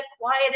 quiet